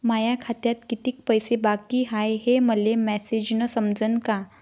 माया खात्यात कितीक पैसे बाकी हाय हे मले मॅसेजन समजनं का?